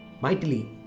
mightily